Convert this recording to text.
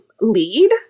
lead